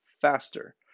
faster